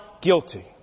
guilty